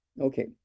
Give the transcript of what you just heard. Okay